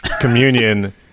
communion